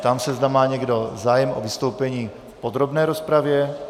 Ptám se, zda má někdo zájem o vystoupení v podrobné rozpravě?